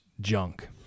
junk